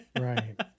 Right